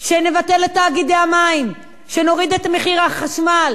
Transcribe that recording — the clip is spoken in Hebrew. שנבטל את תאגידי המים, שנוריד את מחיר החשמל.